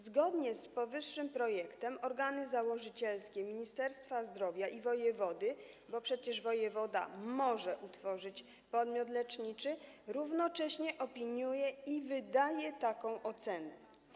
Zgodnie z powyższym projektem organy założycielskie Ministerstwa Zdrowia i wojewody, bo przecież wojewoda może utworzyć podmiot leczniczy, równocześnie opiniują i wydają taką ocenę.